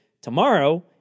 Tomorrow